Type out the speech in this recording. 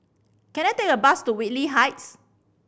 can I take a bus to Whitley Heights